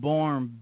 Born